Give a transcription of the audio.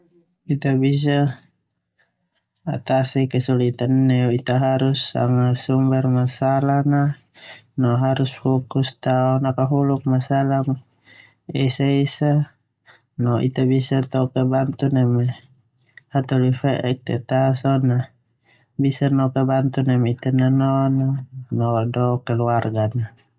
Ita bisa selesaikan neu ita harus sanga sumber masalah no harus fokus tao nakahuluk masalah esa-esa, no ita bisa noke bantu neme hataholi fe'ek, teta so na ita bisa noke bantu neme ita nanaon.